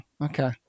okay